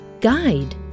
guide